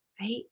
Right